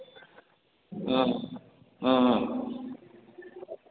हँ हँ हँ